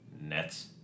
Nets